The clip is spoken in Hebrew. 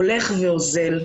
הולך ואוזל.